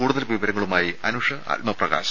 കൂടുതൽ വിവരങ്ങളുമായി അനുഷ ആത്മപ്രകാശ്